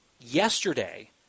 yesterday